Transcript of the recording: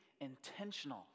intentional